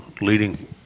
leading